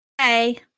Hey